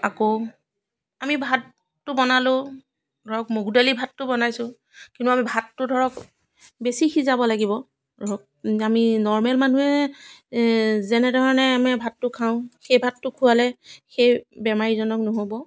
আকৌ আমি ভাতটো বনালোঁ ধৰক মগুৰ দালি ভাতটো বনাইছোঁ কিন্তু আমি ভাতটো ধৰক বেছি সিজাব লাগিব ধৰক আমি নৰ্মেল মানুহে যেনে ধৰণে আমি ভাতটো খাওঁ সেই ভাতটো খোৱালে সেই বেমাৰীজনক নহ'ব